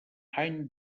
any